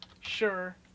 sure